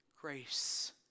grace